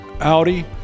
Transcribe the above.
Audi